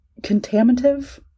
contaminative